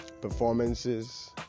performances